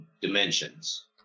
dimensions